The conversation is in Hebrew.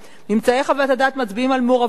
ממצאי חוות הדעת מצביעים על מעורבותו המסיבית"